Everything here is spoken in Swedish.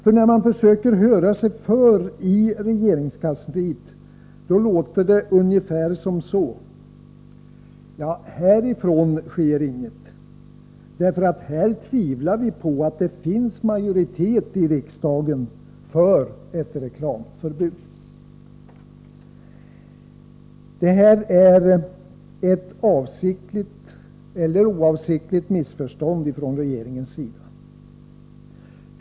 För när man försöker höra sig för i regeringskansliet, låter det ungefär som så: Härifrån sker inget, därför att här tvivlar vi på att det finns majoritet i riksdagen för ett reklamförbud. Detta är ett avsiktligt eller oavsiktligt missförstånd från regeringens sida.